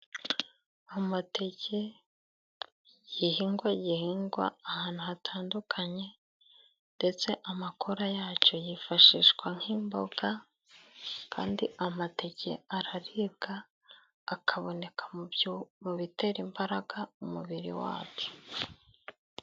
Amateke igihingwa gihingwa ahantu hatandukanye ndetse amakora yacyo yifashishwa nk'imboga, kandi amateke araribwa akaboneka mu bitera imbaraga umubiri wabyo.